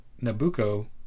Nabucco